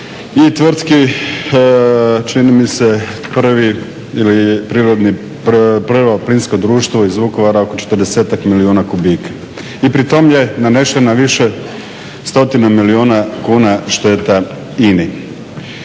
i Tvrtki čini mi se Prvo plinsko društvo iz Vukovara oko 40-ak milijuna kubika i pri tom je nanešena šteta više stotina milijuna kuna INA-i.